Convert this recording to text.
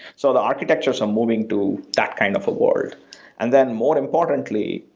so the architectures are moving to that kind of a world. and then more importantly,